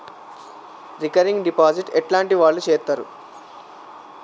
Recurring deposit ఎట్లాంటి వాళ్లు చేత్తరు?